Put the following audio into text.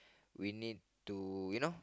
we need to you know